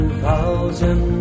thousand